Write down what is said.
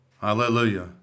Hallelujah